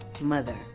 mother